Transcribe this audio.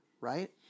right